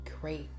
great